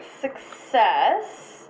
success